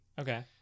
Okay